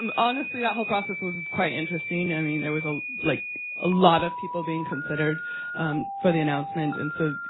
um honestly, that whole process was quite interesting. i mean, there was ah like a lot of people being considered for the announcement. and so,